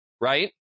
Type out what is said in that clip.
right